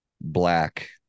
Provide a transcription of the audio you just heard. Black